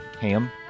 ham